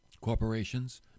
corporations